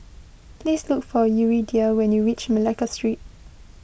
please look for Yuridia when you reach Malacca Street